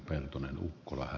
peltonen on kova